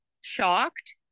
shocked